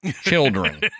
children